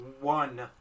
one